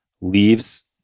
leaves